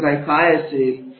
अभिप्राय काय असेल